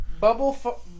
Bubble